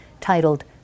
titled